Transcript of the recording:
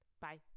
bye